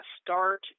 start